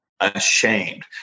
ashamed